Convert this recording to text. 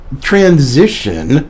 transition